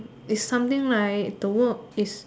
is something like the work is